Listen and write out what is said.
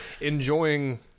enjoying